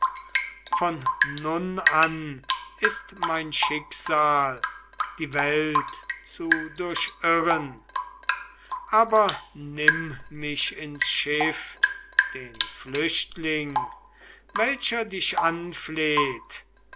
von nun an ist mein schicksal die welt zu durchirren aber nimm mich ins schiff den flüchtling welcher dich anfleht